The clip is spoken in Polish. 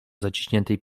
zaciśniętej